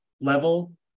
level